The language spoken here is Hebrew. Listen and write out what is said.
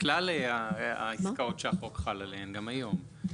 כלל העסקאות שהחוק חל עליהן גם היום.